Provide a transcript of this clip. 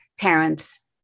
parents